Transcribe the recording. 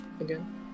again